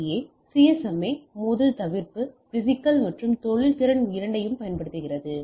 ஏ CSMACA CSMA மோதல் தவிர்ப்பு physical மற்றும் தொழில் உணர்திறன் இரண்டையும் பயன்படுத்துகிறது